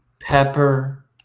pepper